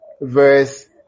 verse